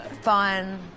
fun